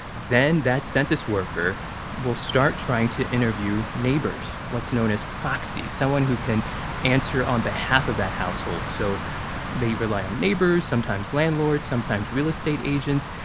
then that census worker will start trying to interview neighbors, neighbors, what's known as proxy's, someone who can answer on behalf of that household. so they rely on neighbors, sometimes landlords, sometimes real estate agents,